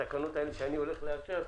התקנות האלה שאני הולך לאשר,